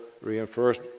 reinforced